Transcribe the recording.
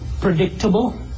predictable